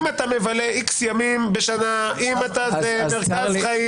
אם אתה מבלה X ימים בשנה, מרכז חיים.